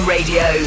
Radio